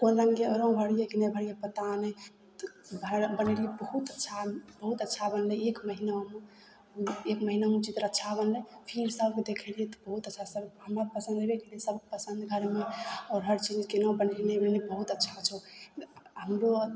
कोन रङ्गके रङ्ग भरियै कि नहि भरियै पता नहि तऽ भरि बनेलियै बहुत अच्छा बहुत अच्छा बनलय एक महीनामे एक महीनामे चित्र अच्छा बनलय फेर सभके देखेलियै तऽ बहुत अच्छा सभ हमरा पसन्द हेबे कयलय सभके पसन्द बारेमे आओर हर चीज केना बनेने हेबय बहुत अच्छा छौ हमरो